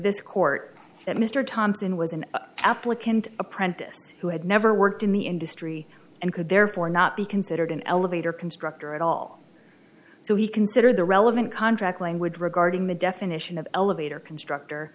this court that mr thompson was an applicant apprentice who had never worked in the industry and could therefore not be considered an elevator constructor at all so he considered the relevant contract language regarding the definition of elevator constructor